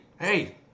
hey